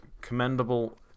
Commendable